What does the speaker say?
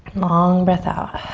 long breath out.